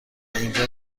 اینجا